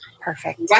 Perfect